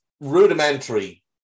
rudimentary